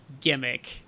gimmick